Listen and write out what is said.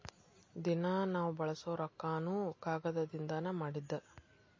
ದಿನಾ ನಾವ ಬಳಸು ರೊಕ್ಕಾನು ಕಾಗದದಿಂದನ ಮಾಡಿದ್ದ